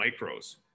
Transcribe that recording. micros